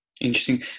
interesting